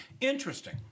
Interesting